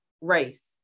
race